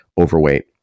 overweight